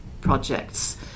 projects